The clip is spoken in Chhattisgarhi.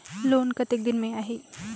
लोन कतेक दिन मे आही?